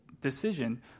decision